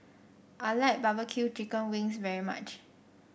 I like B B Q Chicken Wings very much